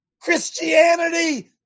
Christianity